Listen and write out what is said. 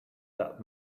that